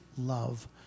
love